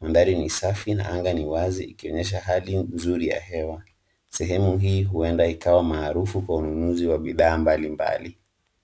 Mandhari ni safi na anga ni wazi ikionyesha hali nzuri ya hewa. Sehemu hii huenda ikawa maharufu kwa ununuzi wa bidhaa mbalimbali.